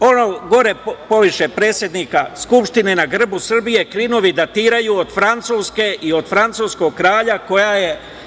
Ono gore poviše predsednika Skupštine na grbu Srbije, krinovi, datiraju od francuske i od francuskog kralja. Dakle,